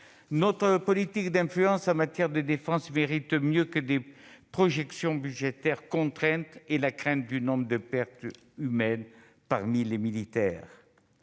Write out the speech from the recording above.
Notre politique d'influence en matière de défense mérite mieux que des projections budgétaires contraintes et la crainte de pertes humaines parmi les militaires.